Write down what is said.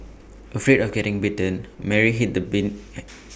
afraid of getting bitten Mary hid the bin